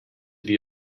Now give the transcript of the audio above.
wie